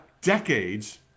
decades